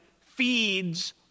feeds